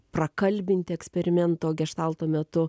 prakalbinti eksperimento geštalto metu